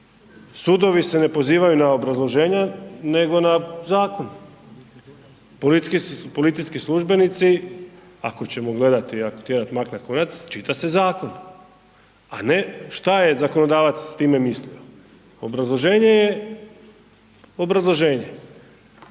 sudovi se ne pozivaju na obrazloženje nego na zakon, policijski službenici ako ćemo gledati, ako tjerat mak na konac, čita se zakon, a ne šta je zakonodavac s time mislio, obrazloženje je obrazloženje,